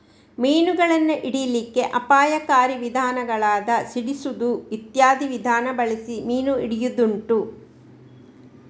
ಮೀನುಗಳನ್ನ ಹಿಡೀಲಿಕ್ಕೆ ಅಪಾಯಕಾರಿ ವಿಧಾನಗಳಾದ ಸಿಡಿಸುದು ಇತ್ಯಾದಿ ವಿಧಾನ ಬಳಸಿ ಮೀನು ಹಿಡಿಯುದುಂಟು